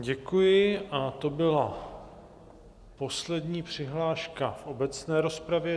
Děkuji a to byla poslední přihláška v obecné rozpravě.